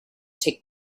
take